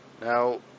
Now